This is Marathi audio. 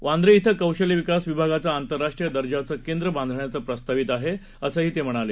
वांद्रे श्विकौशल्यविकासविभागाचंआंतरराष्ट्रीयदर्जाचंकेंद्रबांधण्याचंप्रस्तावितआहे असंतेम्हणाले